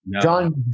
John